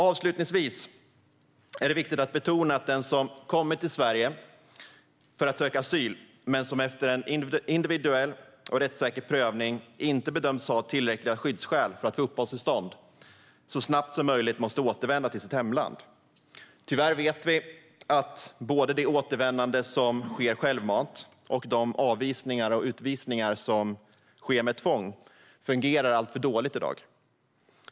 Avslutningsvis vill jag säga att det är viktigt att betona att den som kommer till Sverige för att söka asyl men efter en individuell och rättssäker prövning inte bedöms ha tillräckliga skyddsskäl för att få uppehållstillstånd så snabbt som möjligt måste återvända till sitt hemland. Tyvärr vet vi att både det återvändande som sker självmant och de avvisningar och utvisningar som sker med tvång fungerar alltför dåligt i dag.